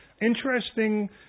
Interesting